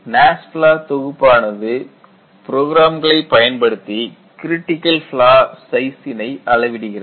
NASFLA தொகுப்பானது புரோகிராம்களை பயன்படுத்தி கிரிட்டிக்கல் ஃ ப்லா சைசினை அளவிடுகிறது